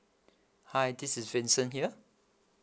hi this is vincent here